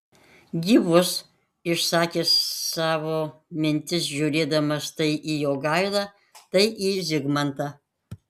gyvus išsakė savo mintis žiūrėdamas tai į jogailą tai į zigmantą